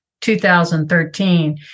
2013